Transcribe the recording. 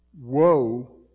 Woe